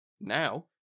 Now